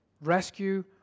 Rescue